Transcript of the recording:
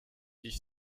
ich